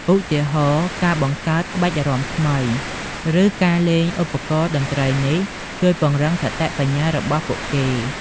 ឧទាហរណ៍ ការបង្កើតក្បាច់រាំថ្មី ឬការលេងឧបករណ៍តន្ត្រីនេះជួយពង្រឹងសតិបញ្ញារបស់ពួកគេ។